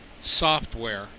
software